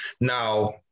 Now